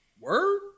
Word